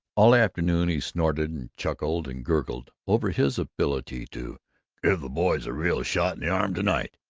all afternoon he snorted and chuckled and gurgled over his ability to give the boys a real shot in the arm to-night.